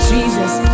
Jesus